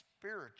spiritual